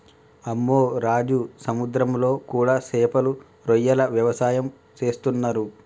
అమ్మె రాజు సముద్రంలో కూడా సేపలు రొయ్యల వ్యవసాయం సేసేస్తున్నరు